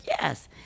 yes